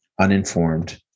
uninformed